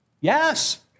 Yes